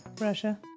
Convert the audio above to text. Russia